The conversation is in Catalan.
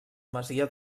masia